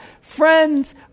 friends